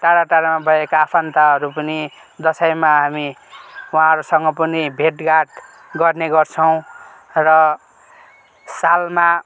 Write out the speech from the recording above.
टाडा टाडामा भएका आफन्तहरू पनि दसैँमा हामी उहाँहरूसँग पनि भेट घाट गर्ने गर्छौँ र सालमा